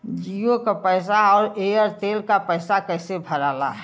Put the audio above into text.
जीओ का पैसा और एयर तेलका पैसा कैसे भराला?